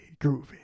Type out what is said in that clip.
groovy